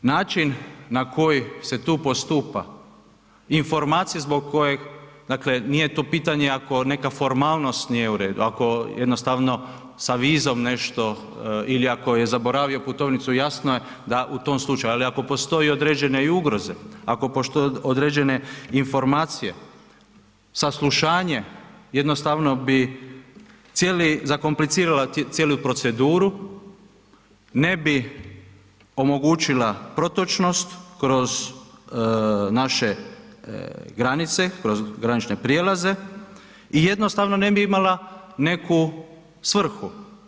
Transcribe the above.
Način na koji se tu postupa, informacije zbog kojih tu, dakle nije tu pitanje ako neka formalnost nije u redu, ako jednostavno sa vizom nešto ili ako je zaboravio putovnicu, jasno je da u tom slučaju ali ako postoji određene i ugroze, ako postoje određene informacije, saslušanje, jednostavno bi zakomplicirala cijelu proceduru, ne bi omogućila protočnost kroz naše granice, kroz granične prijelaze i jednostavno ne bi imala neku svrhu.